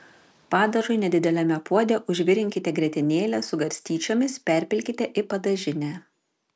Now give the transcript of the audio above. padažui nedideliame puode užvirinkite grietinėlę su garstyčiomis perpilkite į padažinę